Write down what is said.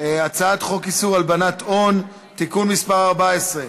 הצעת חוק איסור הלבנת הון (תיקון מס' 14),